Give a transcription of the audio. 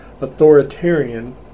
authoritarian